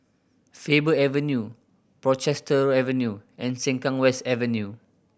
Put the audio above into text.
Faber Avenue Portchester Avenue and Sengkang West Avenue